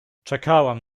czekałam